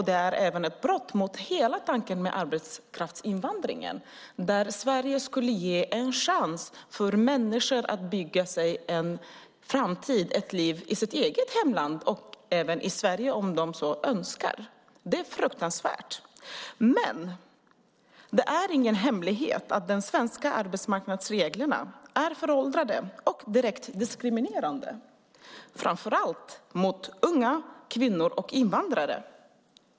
Det är även ett brott mot hela tanken med arbetskraftsinvandringen, att Sverige ska ge en chans för människor att bygga sig en framtid, ett liv i sitt eget hemland och även i Sverige om de så önskar. Det är fruktansvärt. Men det är ingen hemlighet att de svenska arbetsmarknadsreglerna är föråldrade och direkt diskriminerande, framför allt mot unga kvinnor och mot invandrare.